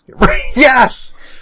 Yes